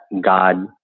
God